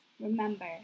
Remember